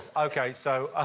ok. so, ah